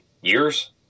years